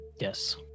Yes